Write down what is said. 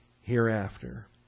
hereafter